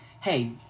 hey